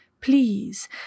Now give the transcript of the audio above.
Please